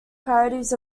parodies